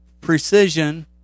precision